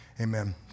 amen